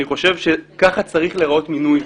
אני חושב שככה צריך להיראות מינוי,